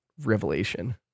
revelation